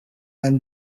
and